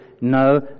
No